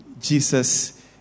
Jesus